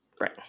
Right